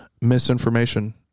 misinformation